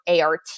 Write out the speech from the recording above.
ART